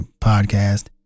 podcast